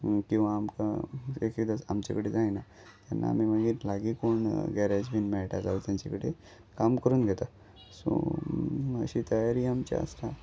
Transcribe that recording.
किंवां आमकां एक एकद आमचे कडेन जायना तेन्ना आमी मागीर लागीं कोण गेरेज बीन मेळटा जाल्या तेंचे कडे काम करून घेता सो अशी तयारी आमची आसता